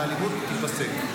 והאלימות תיפסק.